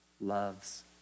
loves